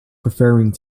preferring